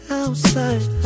outside